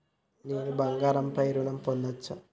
నేను బంగారం పై ఋణం పొందచ్చా?